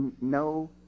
No